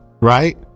right